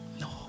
no